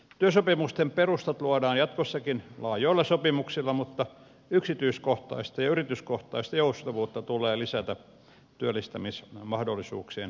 työsopimusten perustat luodaan jatkossakin laajoilla sopimuksilla mutta yksityiskohtaista ja yrityskohtaista joustavuutta tulee lisätä työllistämismahdollisuuksien parantumiseksi